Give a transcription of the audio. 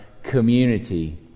community